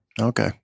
Okay